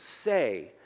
say